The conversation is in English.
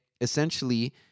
essentially